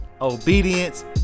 obedience